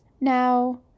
Now